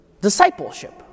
discipleship